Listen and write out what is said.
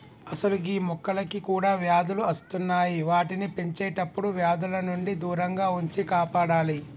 అసలు గీ మొక్కలకి కూడా వ్యాధులు అస్తున్నాయి వాటిని పెంచేటప్పుడు వ్యాధుల నుండి దూరంగా ఉంచి కాపాడాలి